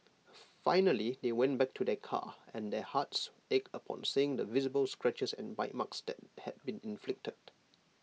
finally they went back to their car and their hearts ached upon seeing the visible scratches and bite marks that had been inflicted